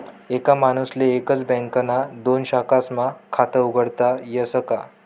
एक माणूसले एकच बँकना दोन शाखास्मा खातं उघाडता यस का?